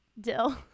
dill